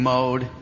Mode